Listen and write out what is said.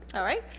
all right